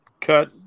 cut